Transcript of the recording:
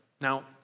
Now